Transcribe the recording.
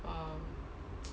erm